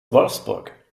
wolfsburg